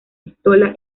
pistola